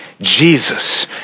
Jesus